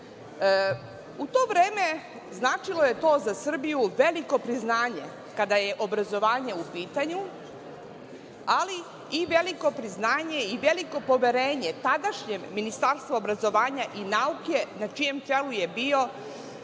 U to vreme značilo je to za Srbiju veliko priznanje kada je obrazovanje u pitanju, ali i veliko priznanje i veliko poverenje tadašnjem Ministarstvu obrazovanja i nauke, na čijem čelu je bio